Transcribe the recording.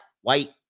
white